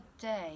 day